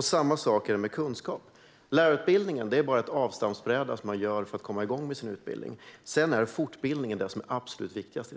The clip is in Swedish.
Samma sak är det med kunskap. Lärarutbildningen är bara en avstampsbräda för att komma igång med utbildningen. Sedan är fortbildning det som är absolut viktigast.